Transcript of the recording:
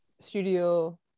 Studio